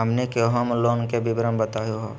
हमनी के home loan के विवरण बताही हो?